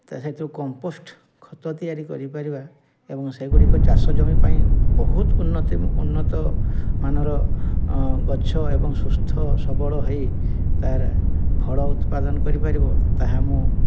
ତା' ସେଥିରୁ କମ୍ପୋଷ୍ଟ୍ ଖତ ତିଆରି କରିପାରିବା ଏବଂ ସେଗୁଡ଼ିକ ଚାଷଜମି ପାଇଁ ବହୁତ ଉନ୍ନତି ଉନ୍ନତମାନର ଗଛ ଏବଂ ସୁସ୍ଥ ସବଳ ହେଇ ତା'ର ଫଳ ଉତ୍ପାଦନ କରିପାରିବ ତାହା ମୁଁ